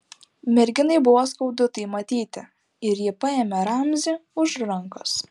merginai buvo skaudu tai matyti ir ji paėmė ramzį už rankos